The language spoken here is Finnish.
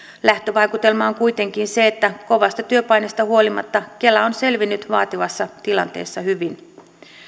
lähtövaikutelma on kuitenkin se että kovasta työpaineesta huolimatta kela on selvinnyt vaativassa tilanteessa hyvin